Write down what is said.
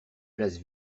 places